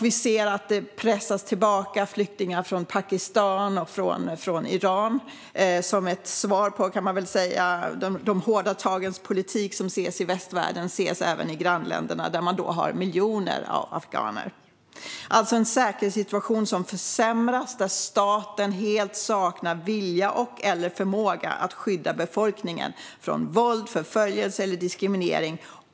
Vi ser att flyktingar pressas tillbaka från Pakistan och Iran, vilket man väl kan se som ett svar på de hårda tagens politik i västvärlden. Denna ses även i grannländerna, där man har miljoner afghaner. Det är alltså en säkerhetssituation som försämras, där staten helt saknar vilja och/eller förmåga att skydda befolkningen från våld, förföljelse och diskriminering.